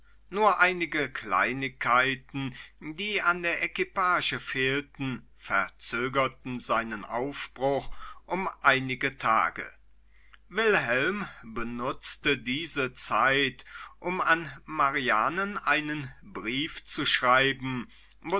nur einige kleinigkeiten die an der equipage fehlten verzögerten seinen aufbruch um einige tage wilhelm benutzte diese zeit um an marianen einen brief zu schreiben